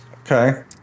Okay